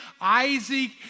Isaac